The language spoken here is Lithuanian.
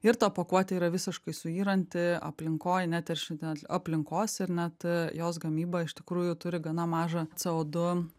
ir ta pakuotė yra visiškai suyranti aplinkoj neteršianti net aplinkos ir net jos gamyba iš tikrųjų turi gana mažą co du